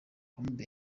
bombe